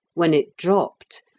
when it dropped,